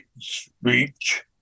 speech